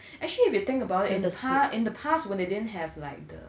actually if you think about it the past in the past when they didn't have like the